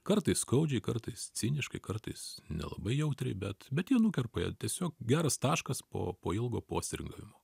kartais skaudžiai kartais ciniškai kartais nelabai jautriai bet bet jie nukerpa tiesiog geras taškas po po ilgo postringavimo